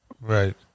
Right